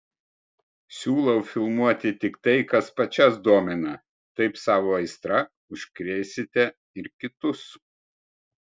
siūlau filmuoti tik tai kas pačias domina taip savo aistra užkrėsite ir kitus